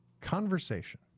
conversation